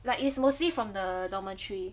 like it's mostly from the dormitory